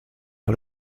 out